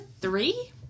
three